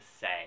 say